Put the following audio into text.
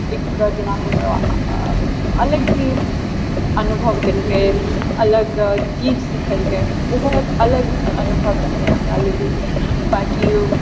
एक जेना हमरा अलग ही अनुभव देलकै अलग चीज सिखैलकै ओ बहुत अलग अनुभव रहलै हमरा लेल ई बाँकि